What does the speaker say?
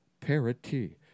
Parity